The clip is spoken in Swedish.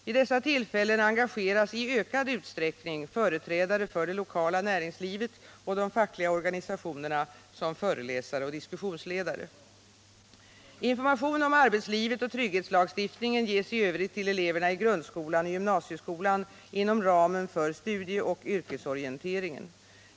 Vid dessa tillfällen engageras i ökad utsträckning företrädare för det lokala näringslivet och de fackliga organisationerna som föreläsare och diskussionsledare. Information om arbetslivet och trygghetslagstiftningen ges i övrigt till eleverna i grundskolan och gymnasieskolan inom ramen för studieoch yrkesorienteringen.